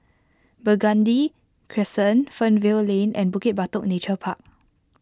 Burgundy Crescent Fernvale Lane and Bukit Batok Nature Park